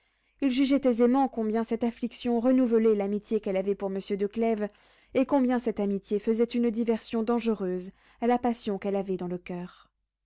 il jugeait aisément combien cette affliction renouvelait l'amitié qu'elle avait pour monsieur de clèves et combien cette amitié faisait une diversion dangereuse à la passion qu'elle avait dans le coeur